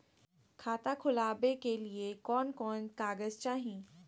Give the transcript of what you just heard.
खाता खोलाबे के लिए कौन कौन कागज चाही?